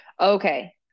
Okay